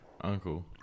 Uncle